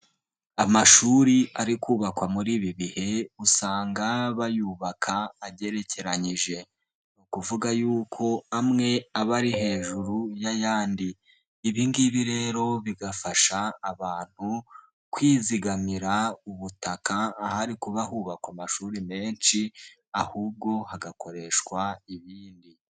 Amashuri ari kubakwa muri ibi bihe usanga bayubaka agerekeranyije, ni ukuvuga yuko amwe aba ari hejuru y'ayandi. Ibingibi rero bigafasha abantu kwizigamira ubutaka ahari kuba hubakwa amashuri menshi, ahubwo hagakoreshwa ibindi.